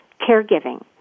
caregiving